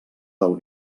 del